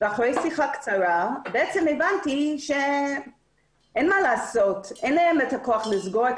ואחרי שיחה קצרה הבנתי שאין מה לעשות אין להם הכוח לסגור את